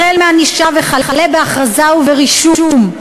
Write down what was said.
החל בענישה וכלה בהכרזה וברישום.